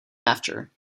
after